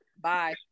bye